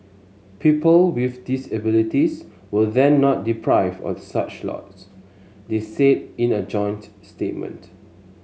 people with disabilities will then not deprived of such lots they said in a joint statement